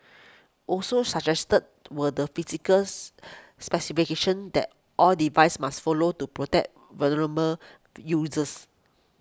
also suggested were the physicals specifications that all devices must follow to protect vulnerable users